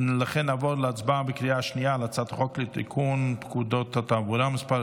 ולכן נעבור להצבעה בקריאה שנייה על הצעת חוק לתיקון פקודת התעבורה (מס'